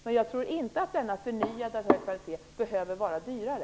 Men jag tror inte att denna förnyade skola med höjd kvalitet behöver vara dyrare.